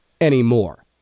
anymore